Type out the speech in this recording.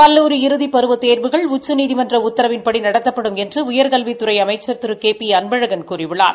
கல்லூரி இறுதி பருபவத் தேர்வுகள் உச்சநீதிமன்ற உத்தரவின்படி நடத்தப்படும் என்று உயர்கல்விததுறை அமைச்சா திரு கே பி அன்பழகன் கூறியுள்ளார்